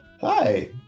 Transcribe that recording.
Hi